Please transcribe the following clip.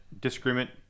Disagreement